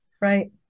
Right